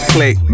Click